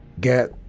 get